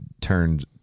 turned